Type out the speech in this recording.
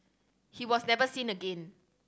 he was never seen again